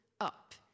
up